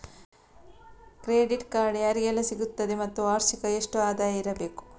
Credit card ಯಾರಿಗೆಲ್ಲ ಸಿಗುತ್ತದೆ ಮತ್ತು ವಾರ್ಷಿಕ ಎಷ್ಟು ಆದಾಯ ಇರಬೇಕು?